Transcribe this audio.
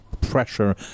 pressure